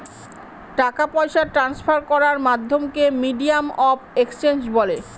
টাকা পয়সা ট্রান্সফার করার মাধ্যমকে মিডিয়াম অফ এক্সচেঞ্জ বলে